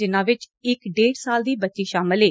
ਇਨ੍ਹਾਂ ਵਿਚ ਇਕ ਡੇਢ ਸਾਲ ਦੀ ਬੱਚੀ ਸ਼ਾਮਿਲ ਏ